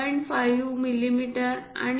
5 millimetre आणि 0